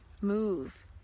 move